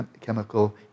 chemical